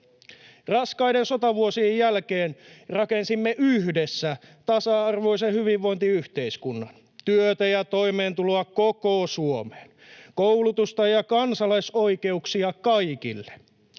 Raskaiden sotavuosien jälkeen rakensimme yhdessä tasa-arvoisen hyvinvointiyhteiskunnan: työtä ja toimeentuloa koko Suomeen, koulutusta ja kansalaisoikeuksia kaikille,